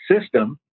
system